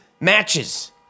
matches